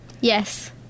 Yes